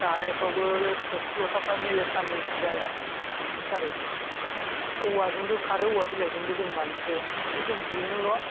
जानायफ्रावबो थोरसि लथाफ्रा मेलेखा मेलेखि जाया बेनि थाखाय औवाजोंबो खारो औवा बिलाइजोंबो जों मानजियो खिन्थु जों बेनोल'